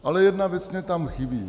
Ale jedna věc mi tam chybí.